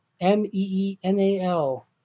M-E-E-N-A-L